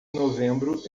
novembro